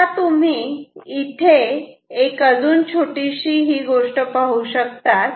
आता तुम्ही इथे एक छोटीशी गोष्ट पाहू शकतात